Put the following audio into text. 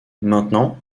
maintenant